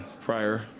prior